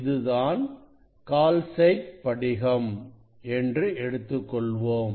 இதுதான் கால்சைட் படிகம் என்று எடுத்துக்கொள்வோம்